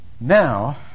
Now